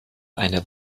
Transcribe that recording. eine